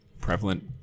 prevalent